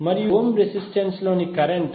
మరియు 5 ohm resistance లోని current 0